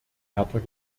härter